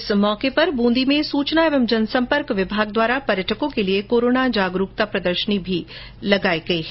इस मौके पर बूंदी में सूचना एवं जनसंपर्क विभाग द्वारा पर्यटकों के लिए कोरोना जागरूकता प्रदर्शनी भी लगाई गई है